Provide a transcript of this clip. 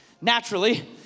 naturally